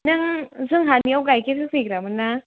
नों जोंहानियाव गाइखेर होफैग्रामोन ना